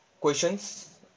questions